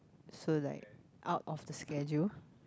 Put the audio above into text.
so like out of the schedule